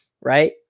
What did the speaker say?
right